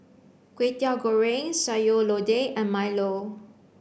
Kwetiau Goreng sayur lodeh and milo